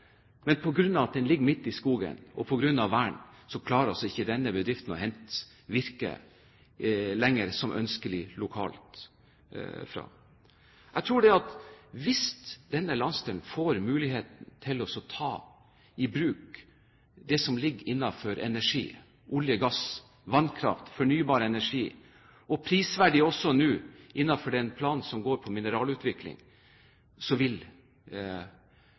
men på grunn av at den ligger midt i skogen, og på grunn av vern, klarer ikke denne bedriften lenger å hente virke lokalt, som ønskelig. Hvis denne landsdelen får ta i bruk det som ligger av muligheter innenfor energi – olje, gass, vannkraft, fornybar energi og, prisverdig også nå planen som går på mineralutvikling – vil